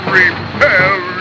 repel